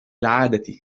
العادة